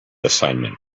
assignment